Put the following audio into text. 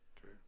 True